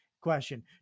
question